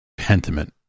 Pentiment